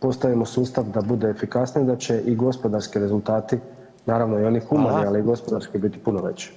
postavimo sustav da bude efikasniji da će i gospodarski rezultati naravno i oni humani, ali gospodarski biti puno veći.